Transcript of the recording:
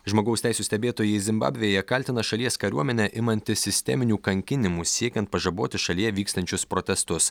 žmogaus teisių stebėtojai zimbabvėje kaltina šalies kariuomenę imantis sisteminių kankinimų siekiant pažaboti šalyje vykstančius protestus